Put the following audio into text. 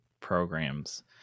programs